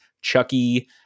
Chucky